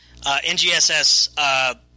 NGSS –